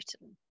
written